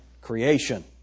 creation